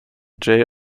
jay